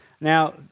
Now